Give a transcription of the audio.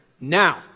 Now